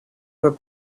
were